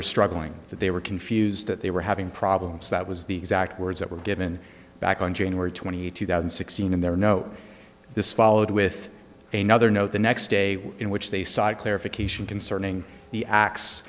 were struggling that they were confused that they were having problems that was the exact words that were given back on january twenty eighth two thousand and sixteen and there were no this followed with a nother note the next day in which they saw a clarification concerning the acts